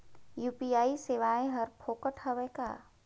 UPI सेवाएं हर फोकट हवय का?